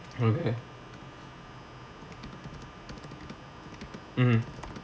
okay mm